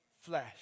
flesh